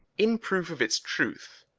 in proof of its truth,